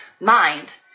mind